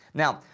now,